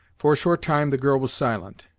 for a short time the girl was silent,